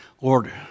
Lord